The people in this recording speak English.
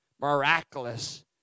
miraculous